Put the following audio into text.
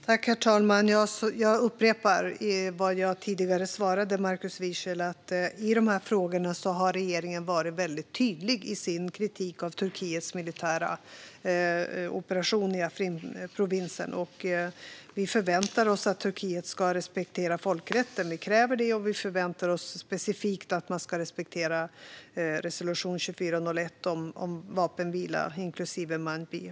Herr talman! Jag upprepar vad jag tidigare svarade Markus Wiechel: I de här frågorna har regeringen varit väldigt tydlig i sin kritik av Turkiets militära operation i Afrinprovisen. Vi förväntar oss, och vi kräver, att Turkiet ska respektera folkrätten, och vi förväntar oss specifikt att man ska respektera resolution 2401 om vapenvila, inklusive Manbij.